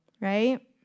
right